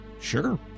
Sure